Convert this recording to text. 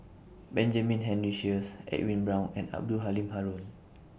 Benjamin Henry Sheares Edwin Brown and Abdul Halim Haron